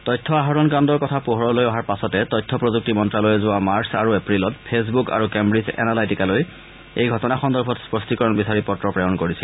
তথ্য আহৰণ কাণ্ডৰ কথা পোহৰলৈ অহাৰ পাছত তথ্য প্ৰযক্তি মন্নালয়ে যোৱা মাৰ্চ আৰু এপ্ৰিল মাহত ফেচবুক আৰু কেম্ৱিজ এনলাইটিকালৈ এই ঘটনা সন্দৰ্ভত স্পষ্টীকৰণ বিচাৰি পত্ৰ প্ৰেৰণ কৰিছিল